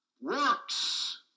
works